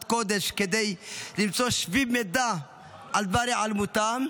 קודש כדי למצוא כל שביב מידע על דבר היעלמותה.